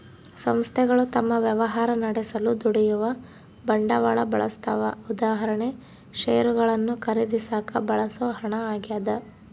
ಸಂಸ್ಥೆಗಳು ತಮ್ಮ ವ್ಯವಹಾರ ನಡೆಸಲು ದುಡಿಯುವ ಬಂಡವಾಳ ಬಳಸ್ತವ ಉದಾ ಷೇರುಗಳನ್ನು ಖರೀದಿಸಾಕ ಬಳಸೋ ಹಣ ಆಗ್ಯದ